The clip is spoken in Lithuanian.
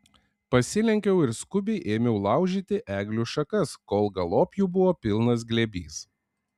pasilenkiau ir skubiai ėmiau laužyti eglių šakas kol galop jų buvo pilnas glėbys